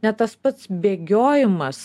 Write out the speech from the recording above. net tas pats bėgiojimas